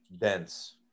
dense